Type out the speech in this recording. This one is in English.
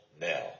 now